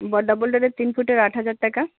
বা ডবল ডোরের তিন ফুটের আট হাজার টাকা